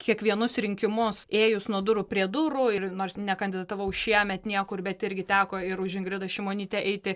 kiekvienus rinkimus ėjus nuo durų prie durų ir nors nekandidatavau šiemet niekur bet irgi teko ir už ingridą šimonytę eiti